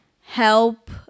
help